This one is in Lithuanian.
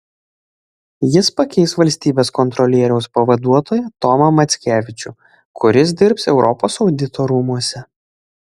jis pakeis valstybės kontrolieriaus pavaduotoją tomą mackevičių kuris dirbs europos audito rūmuose